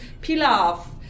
pilaf